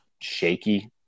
shaky